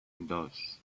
dos